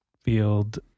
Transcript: field